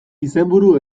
izenburu